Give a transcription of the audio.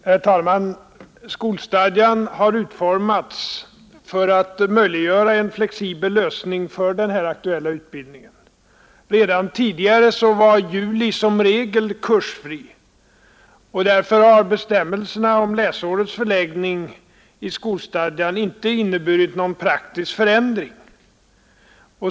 Herr talman! Skolstadgan har utformats för att möjliggöra en flexibel lösning för den här aktuella utbildningen. Redan tidigare var juli som regel kursfri, och därför har bestämmelserna om läsårets förläggning i skolstadgan inte inneburit någon praktisk förändring.